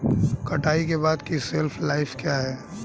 कटाई के बाद की शेल्फ लाइफ क्या है?